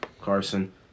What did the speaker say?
Carson